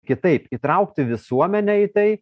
kitaip įtraukti visuomenę į tai